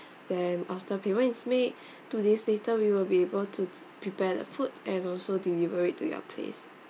then after payment is made two days later we will be able to prepare the food and also deliver it to your place